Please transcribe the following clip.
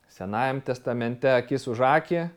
senajam testamente akis už akį